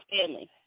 family